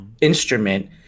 instrument